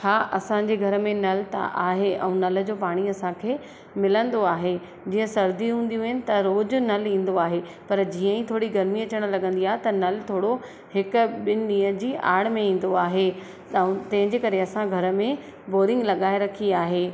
हा असांजे घर में नल त आहे ऐं नल जो पाणी असांखे मिलंदो आहे जीअं सर्दी हूंदियूं आहिनि त रोज़ु नल ईंदो आहे पर जीअं ई थोरी गर्मी अचणु लॻंदी आहे त नल थोरो हिकु ॿिनि ॾींहं जी आड़ में ईंदो आहे त तंहिंजे करे असां घर में बोरींग लॻाए रखी आहे